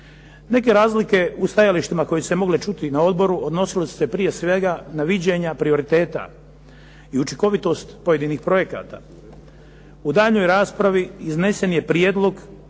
Neke razlike u stajalištima koje su se mogle čuti na odboru odnosile su se prije svega na viđenja prioriteta i učinkovitost pojedinih projekata. U daljnjoj raspravi iznesen je prijedlog